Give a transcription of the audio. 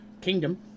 kingdom